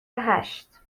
هشت